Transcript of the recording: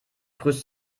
grüßt